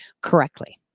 correctly